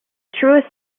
truest